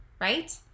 right